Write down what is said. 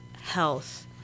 health